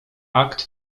akt